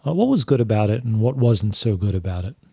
ah what was good about it and what wasn't so good about it?